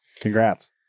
congrats